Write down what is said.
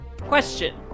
Question